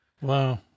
wow